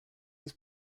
his